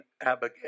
Abigail